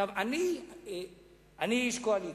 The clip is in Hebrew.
אני איש קואליציה,